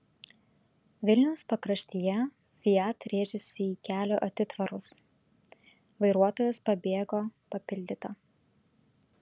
vilniaus pakraštyje fiat rėžėsi į kelio atitvarus vairuotojas pabėgo papildyta